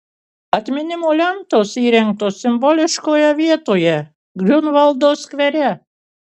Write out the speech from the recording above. atminimo lentos įrengtos simboliškoje vietoje griunvaldo skvere